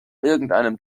irgendeinem